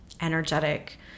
energetic